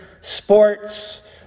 sports